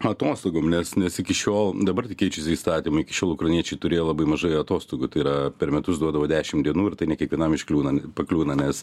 atostogom nes nes iki šiol dabar tik keičiasi įstatymai iki šiol ukrainiečiai turėjo labai mažai atostogų tai yra per metus duodavo dešim dienų ir tai ne kiekvienam iškliūna pakliūna nes